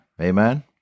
Amen